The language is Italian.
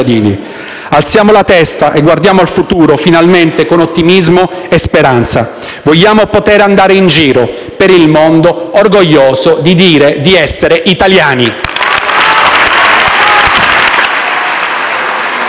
Alziamo la testa e guardiamo al futuro, finalmente, con ottimismo e speranza. Vogliamo poter andare in giro per il mondo, orgogliosi di dire di essere italiani.